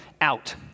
out